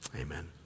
Amen